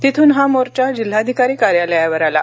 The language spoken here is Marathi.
तिथून हा मोर्चा जिल्हाधिकारी कार्यालयावर आला